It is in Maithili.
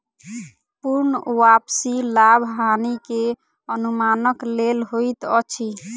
पूर्ण वापसी लाभ हानि के अनुमानक लेल होइत अछि